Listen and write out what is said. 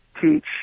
teach